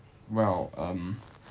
well um